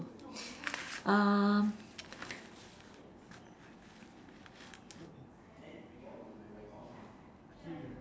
uh